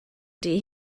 ydy